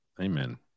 Amen